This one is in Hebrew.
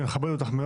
אני מכבד אותך,